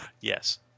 Yes